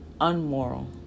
unmoral